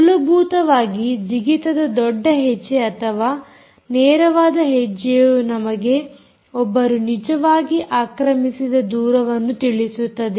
ಮೂಲಭೂತವಾಗಿ ಜಿಗಿತದ ದೊಡ್ಡ ಹೆಜ್ಜೆ ಅಥವಾ ನೇರವಾದ ಹೆಜ್ಜೆಯು ನಮಗೆ ಒಬ್ಬರು ನಿಜವಾಗಿ ಆಕ್ರಮಿಸಿದ ದೂರವನ್ನು ತಿಳಿಸುತ್ತದೆ